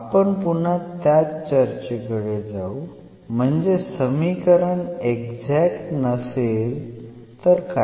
आपण पुन्हा त्याच चर्चेकडे जाऊ म्हणजे समीकरण एक्झॅक्ट नसेल तर काय